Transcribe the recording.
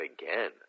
again